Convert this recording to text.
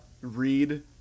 read